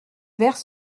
vers